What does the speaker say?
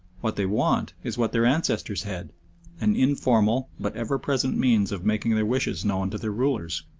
what they want is what their ancestors had an informal but ever-present means of making their wishes known to their rulers.